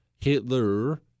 Hitler